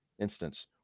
instance